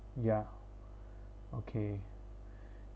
ya okay